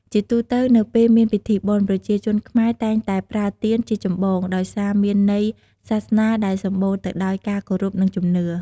ជាទូទៅ នៅពេលមានពិធីបុណ្យ ប្រជាជនខ្មែរតែងតែប្រើទៀនជាចម្បង ដោយសារមានន័យសាសនាដែលសម្បូរទៅដោយការគោរពនិងជំនឿ។